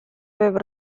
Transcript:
aveva